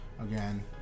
Again